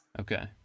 Okay